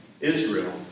Israel